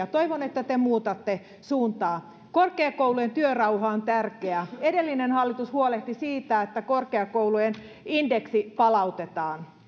toivon että te muutatte suuntaa korkeakoulujen työrauha on tärkeä edellinen hallitus huolehti siitä että korkeakoulujen indeksi palautetaan